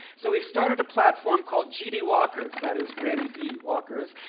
so we've started a platform called g d. walkers, that is, granny d walkers,